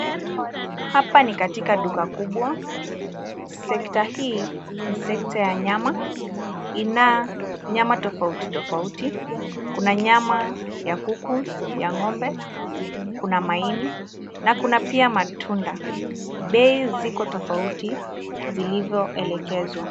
Hapa ni katika duka kubwa. Sekta hii ni sekta ya nyama. Ina nyama tofautitofauti. Kuna nyama ya kuku, ya ng'ombe, kuna maini na kuna pia matunda. Bei ziko tofauti zilizoelekezwa.